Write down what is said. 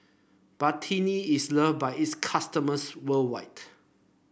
Betadine is loved by its customers worldwide